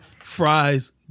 fries